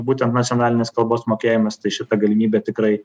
būtent nacionalinės kalbos mokėjimas tai šita galimybė tikrai